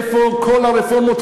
איפה כל הרפורמות,